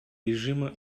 режима